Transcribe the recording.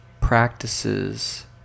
practices